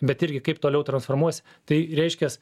bet irgi kaip toliau transformuosi tai reiškias